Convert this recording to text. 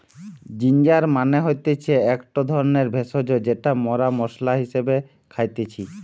ginger মানে হতিছে একটো ধরণের ভেষজ যেটা মরা মশলা হিসেবে খাইতেছি